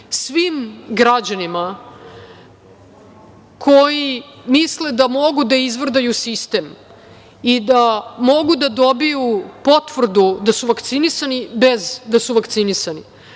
svim građanima koji misle da mogu da izvrdaju sistem i da mogu da dobiju potvrdu da su vakcinisani bez da su vakcinisani.